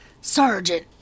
Sergeant